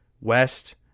West